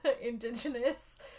indigenous